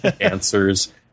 answers